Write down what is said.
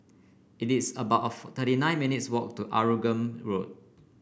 it is about thirty nine minutes' walk to Arumugam Road